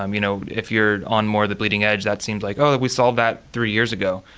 um you know if you're on more the bleeding edge, that seems like oh, we solved that three years ago.